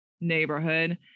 neighborhood